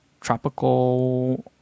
tropical